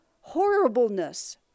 horribleness